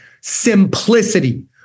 simplicity